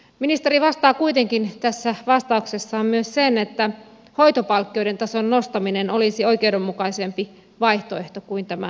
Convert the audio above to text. ministeri vastaa kuitenkin tässä vastauksessaan myös sen että hoitopalkkioiden tason nostaminen olisi oikeudenmukaisempi vaihtoehto kuin tämä verottomuus